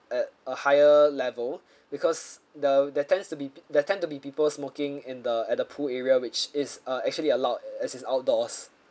at a higher level because the there tends to be there tend to be people smoking in the at the pool area which is uh actually allowed as it's outdoors